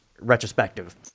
retrospective